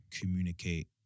communicate